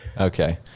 Okay